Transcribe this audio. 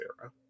era